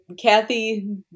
Kathy